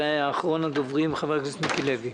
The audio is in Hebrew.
אחרון הדוברים, חבר הכנסת מיקי לוי.